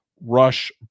Rush